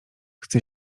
chce